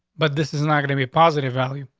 but this is not gonna be a positive value.